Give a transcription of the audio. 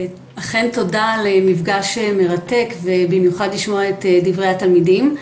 אכן תודה למפגש מרתק ובמיוחד לשמוע את דברי התלמידים,